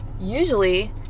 Usually